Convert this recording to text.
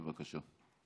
בבקשה.